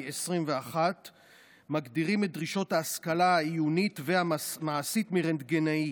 2021 מגדירים את דרישות ההשכלה העיונית והמעשית מרנטגנאי.